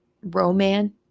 romance